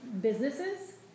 businesses